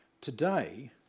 Today